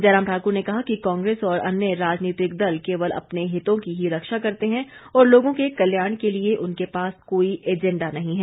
जयराम ठाक्र ने कहा कि कांग्रेस और अन्य राजनीतिक दल केवल अपने हितों की ही रक्षा करते हैं और लोगों के कल्याण के लिए उनके पास कोई एजेंडा नहीं है